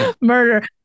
Murder